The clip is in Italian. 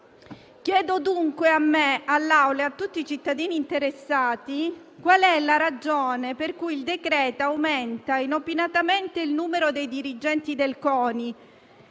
Chiedo quindi a me stessa, all'Assemblea e a tutti i cittadini interessati quale sia la ragione per cui il decreto aumenta inopinatamente il numero dei dirigenti del CONI,